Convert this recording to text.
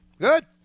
Good